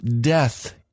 death